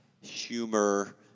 humor